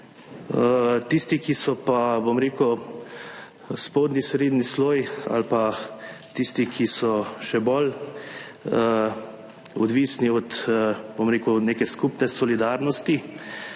tisti, ki so pa, bom rekel, spodnji srednji sloj ali pa tisti, ki so še bolj odvisni od, bom rekel, neke skupne solidarnosti,